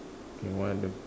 they want the